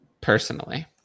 Personally